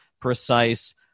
precise